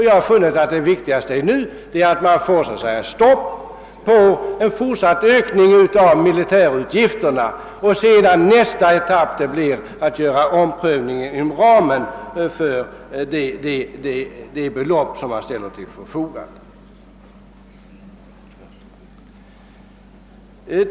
Jag anser att det viktigaste nu är att sätta stopp för en fortsatt ökning av militärutgifterna och att nästa etapp måste bli att göra en omprövning inom ramen för de belopp som man ställer till förfogande.